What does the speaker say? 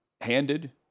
handed